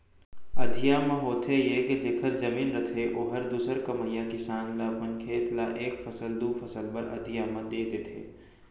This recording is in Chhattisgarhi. अधिया म होथे ये के जेखर जमीन रथे ओहर दूसर कमइया किसान ल अपन खेत ल एक फसल, दू फसल बर अधिया म दे देथे